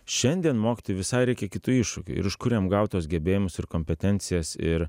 šiandien mokytojui visai reikia kitų iššūkių ir iš kur jam gaut tuos gebėjimus ir kompetencijas ir